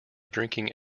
drinking